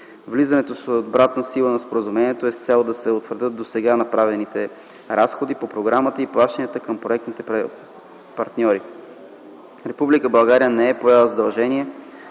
Влизането с обратна сила на споразумението е с цел да се утвърдят досега направените разходи по програмата и плащания към проектните партньори. Република България